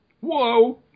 Whoa